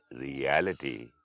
reality